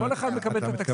כל אחד מקבל את היום שלו.